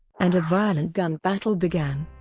and a violent gun battle began.